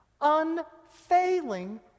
Unfailing